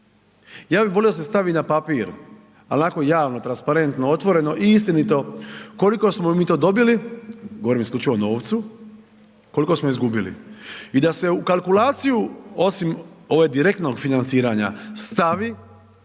Ja bi volio da se stavi na papir, ali onako javno, transparentno, otvoreno i istinito koliko smo mi to dobili, govorim isključivo o novcu, koliko smo izgubili. I da se u kalkulaciju osim ovog direktnog financiranja stavi